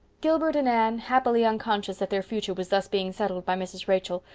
gilbert and anne, happily unconscious that their future was thus being settled by mrs. rachel,